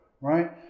right